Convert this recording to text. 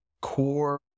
core